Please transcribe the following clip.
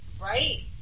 Right